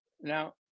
Now